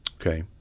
okay